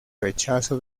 rechazo